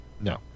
No